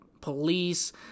police